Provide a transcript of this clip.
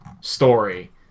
story